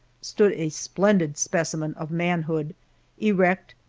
stood a splendid specimen of manhood erect,